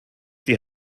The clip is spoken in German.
die